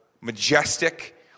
majestic